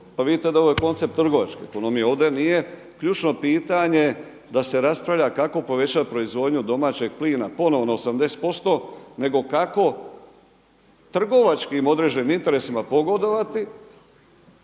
Pa vidite da je ovaj koncept trgovačka ekonomija. Ovdje nije ključno pitanje kako povećati proizvodnju domaćeg plina ponovo na 80% nego kako trgovačkim određenim interesima pogodovati,